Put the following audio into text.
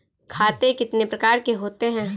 खाते कितने प्रकार के होते हैं?